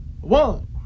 One